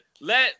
Let